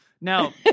Now